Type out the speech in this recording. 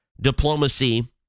Diplomacy